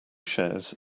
shares